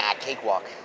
cakewalk